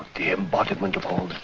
the embodiment of all that's